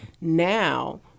now